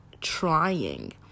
trying